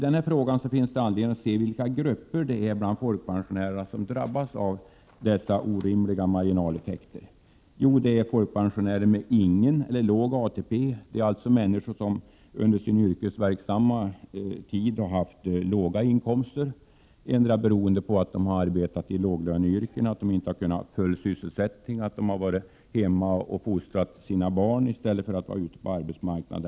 Det finns anledning att studera vilka grupper bland folkpensionärerna som drabbas av dessa orimliga marginaleffekter. Det är folkpensionärer med ingen eller låg ATP. Det rör sig om människor som under sin yrkesverksamma tid har haft låga inkomster. Det kan bero på att de har arbetat i låglöneyrken, att de inte har kunnat arbeta heltid eller att de har varit hemma och fostrat sina barn i stället för att vara ute på arbetsmarkna den.